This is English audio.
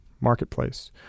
marketplace